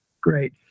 Great